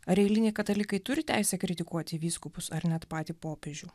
ar eiliniai katalikai turi teisę kritikuoti vyskupus ar net patį popiežių